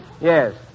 Yes